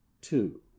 two